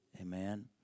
Amen